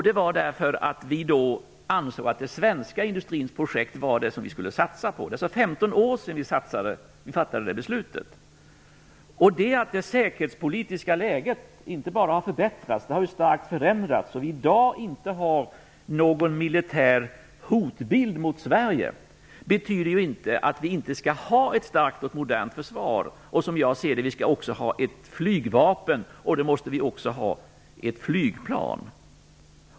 Det gjordes därför att vi då ansåg att den svenska industrins projekt var det vi skulle satsa på. Det är alltså 15 år sedan vi fattade det beslutet. Att det säkerhetspolitiska läget inte bara har förbättrats utan starkt förändrats så att vi i dag inte har någon militär hotbild mot Sverige betyder inte att vi inte skall ha ett starkt och modernt försvar. Som jag ser det skall vi också ha ett flygvapen, och då måste vi också ha ett flygplan.